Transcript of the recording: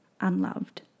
unloved